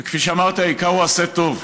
וכפי שאמרתי, העיקר הוא "עשה טוב"